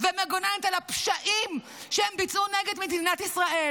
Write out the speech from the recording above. ומגוננת על הפשעים שהם ביצעו נגד מדינת ישראל,